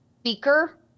speaker